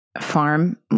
farm